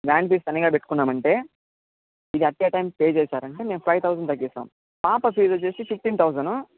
తనిగా పెట్టుకున్నామంటే మీరు at a time pay చేశారంటే మేము ఫైవ్ థౌజండ్ తగ్గిస్తాం పాప ఫీజ్ వచ్చేసి ఫిఫ్టీన్ థౌజండు